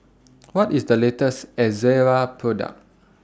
What IS The latest Ezerra Product